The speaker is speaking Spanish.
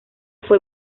fue